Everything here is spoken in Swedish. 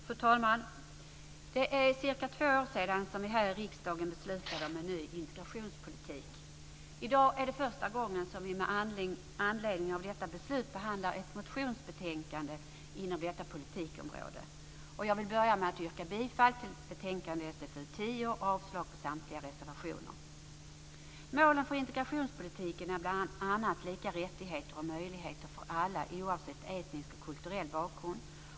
Fru talman! Det är cirka två år sedan som vi här i riksdagen beslutade om en ny integrationspolitik. I dag är det första gången som vi med anledning av detta beslut behandlar ett motionsbetänkande inom detta politikområde. Jag vill börja med att yrka bifall till betänkande SfU 10 och avslag på samtliga reservationer. Målen för integrationspolitiken är bl.a. lika rättigheter och möjligheter för alla, oavsett etnisk och kulturell bakgrund.